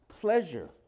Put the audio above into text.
pleasure